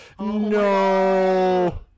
No